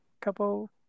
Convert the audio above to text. couple